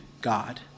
God